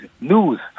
news